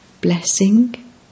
Blessing